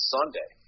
Sunday